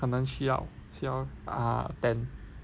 可能需要需要 err attend